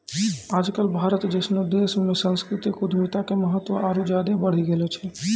आज कल भारत जैसनो देशो मे सांस्कृतिक उद्यमिता के महत्त्व आरु ज्यादे बढ़ि गेलो छै